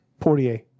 Portier